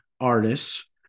artists